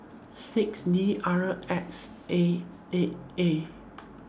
six D R X A eight A